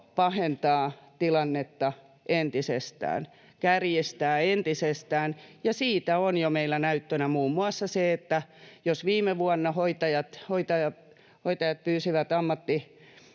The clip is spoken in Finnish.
pahentaa tilannetta entisestään, kärjistää entisestään. Siitä on jo meillä näyttönä muun muassa se, että jos viime vuonna hoitajia, jotka pyysivät ammattiharjoittamisoikeutensa